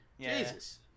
Jesus